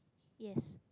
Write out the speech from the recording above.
yes